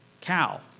Cow